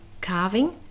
carving